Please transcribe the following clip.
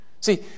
See